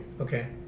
Okay